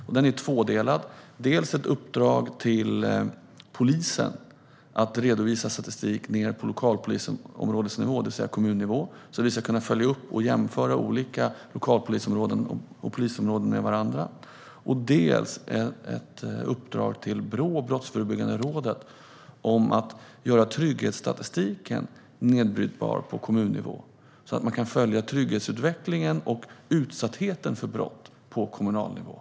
Åtgärden är tvådelad: Dels är det ett uppdrag till polisen att redovisa statistik ned på lokalpolisområdesnivå, det vill säga kommunnivå, för att vi ska kunna följa upp och jämföra olika lokalpolisområden och polisområden med varandra. Dels är det ett uppdrag till Brå, Brottsförebyggande rådet, att göra trygghetsstatistiken nedbrytbar på kommunnivå så att vi kan följa trygghetsutvecklingen och utsattheten för brott på kommunal nivå.